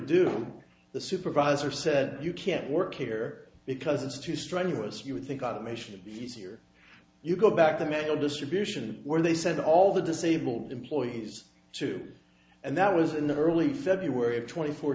do the supervisor said you can't work here because it's too strenuous you would think automation is here you go back to medical distribution where they send all the disabled employees to and that was in the early february twenty four